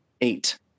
eight